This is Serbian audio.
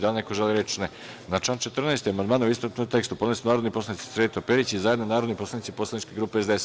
Da li neko želi reč? (Ne) Na član 14. amandmane, u istovetnom tekstu, podneli su narodni poslanici Sreto Perić i zajedno narodni poslanici poslaničke grupe SDS.